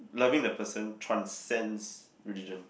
loving the person transcends religion